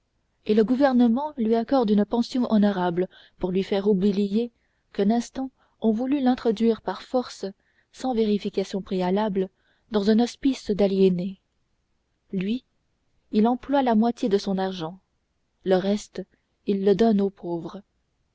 et le gouvernement lui accorde une pension honorable pour lui faire oublier qu'un instant on voulut l'introduire par force sans vérification préalable dans un hospice d'aliénés lui il emploie la moitié de son argent le reste il le donne aux pauvres